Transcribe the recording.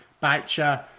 Boucher